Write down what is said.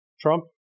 Trump